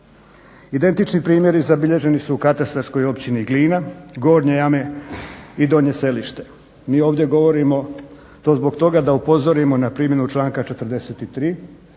Identični primjeri zabilježeni su u katastarskoj općini Glina, Gornje Jame i Donje Selište. Mi ovdje govorimo to zbog toga da upozorimo na primjenu članka 43.